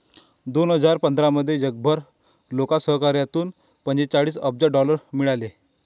दोन हजार पंधरामध्ये जगभर लोकसहकार्यातून पंचेचाळीस अब्ज डॉलर मिळाले